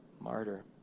Martyr